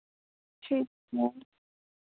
ठीक ऐ